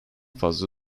fazla